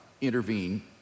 intervene